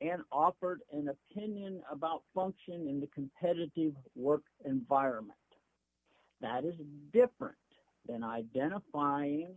and offered an opinion about function in the competitive work environment that is a different than identifying